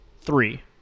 Three